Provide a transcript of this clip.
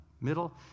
middle